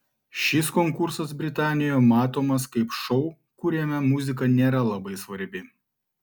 šis konkursas britanijoje matomas kaip šou kuriame muzika nėra labai svarbi